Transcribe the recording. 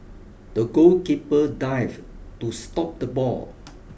the goalkeeper dived to stop the ball